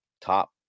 top